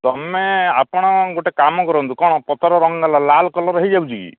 ତୁମେ ଆପଣ ଗୋଟେ କାମ କରନ୍ତୁ କ'ଣ ପତର ରଙ୍ଗ ନେଲା ଲାଲ୍ କଲର ହେଇଯାଉଛି କି